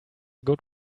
good